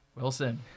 Wilson